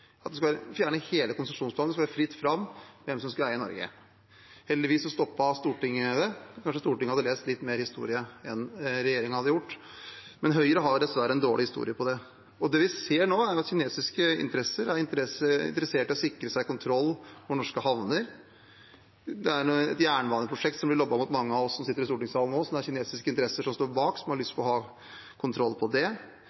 at en skulle fjerne hele konsesjonsplanen, det skulle være fritt fram hvem som skulle eie Norge. Heldigvis stoppet Stortinget det. Kanskje Stortinget hadde lest litt mer historie enn regjeringen hadde gjort, men Høyre har dessverre en dårlig historie på det. Det vi ser nå, er at kinesiske interesser er interessert i å sikre seg kontroll over norske havner. Det er et jernbaneprosjekt der det blir lobbet mot mange av oss som sitter i stortingssalen nå, som det er kinesiske interesser som står bak, de har lyst